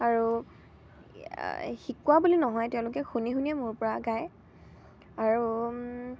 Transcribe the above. আৰু শিকোৱা বুলি নহয় তেওঁলোকে শুনি শুনি মোৰ পৰা গায় আৰু